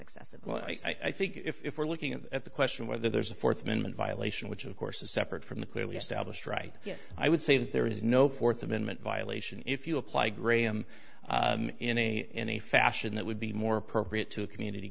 excessive well i think if we're looking at the question whether there's a fourth amendment violation which of course is separate from the clearly established right yes i would say that there is no fourth amendment violation if you apply graham in a in a fashion that would be more appropriate to a community